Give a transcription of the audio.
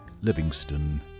Livingston